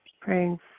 praying